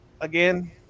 again